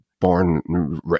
born